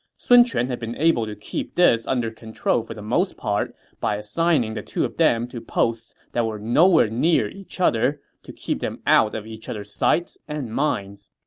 sun quan had been able to keep this under control for the most part by assigning the two of them to posts that were nowhere near each other to keep them out of each other's sights and minds.